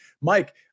Mike